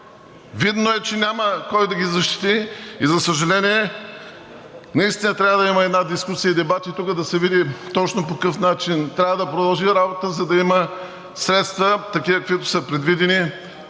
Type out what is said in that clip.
Видно е, че няма кой да ги защити и, за съжаление, наистина трябва да има една дискусия и дебат и тук да се види точно по какъв начин трябва да продължи работата, за да има средства, такива, каквито са предвидени